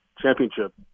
Championship